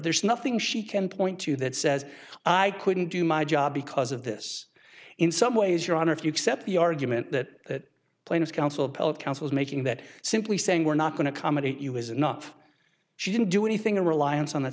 there's nothing she can point to that says i couldn't do my job because of this in some ways your honor if you accept the argument that plane is counsel appellate counsels making that simply saying we're not going to comedy you is enough she didn't do anything a reliance on that